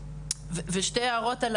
שתי הערות על